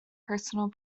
personal